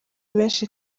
benshi